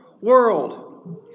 world